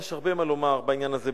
יש הרבה מה לומר בעניין הזה,